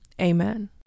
Amen